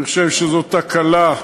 אני חושב שזאת תקלה,